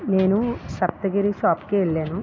నేను సప్తగిరి షాప్కి వెళ్ళాను